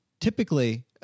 typically